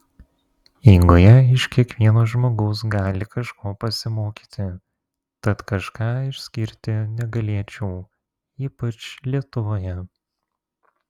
eigoje iš kiekvieno žmogaus gali kažko pasimokyti tad kažką išskirti negalėčiau ypač lietuvoje